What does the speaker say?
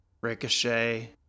Ricochet